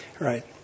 Right